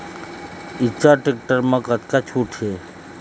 Eicher tractor म कतका छूट हे?